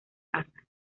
casa